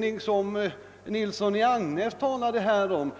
I direktiven för glesbygdsutredningen som herr Nilsson i Agnäs talade om,